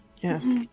Yes